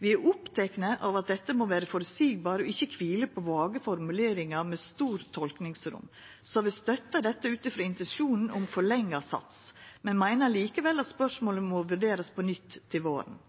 Vi er opptekne av at dette må vera føreseieleg og ikkje kvila på vage formuleringar med stort tolkingsrom, så vi støttar dette ut frå intensjonen om forlengd sats, men meiner likevel at spørsmålet må vurderast på nytt til våren.